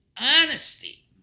honesty